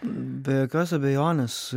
be jokios abejonės